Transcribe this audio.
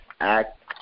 Act